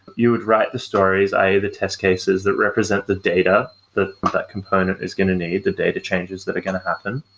you would write the stories, i e. the test cases that represent the data that component is going to need, the data changes that are going to happen.